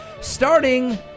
Starting